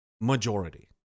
majority